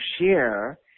share